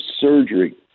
surgery